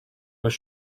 was